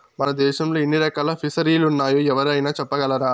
మన దేశంలో ఎన్ని రకాల ఫిసరీలున్నాయో ఎవరైనా చెప్పగలరా